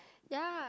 ya